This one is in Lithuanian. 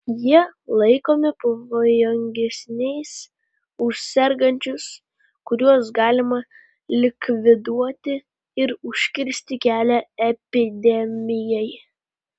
jie laikomi pavojingesniais už sergančius kuriuos galima likviduoti ir užkirsti kelią epidemijai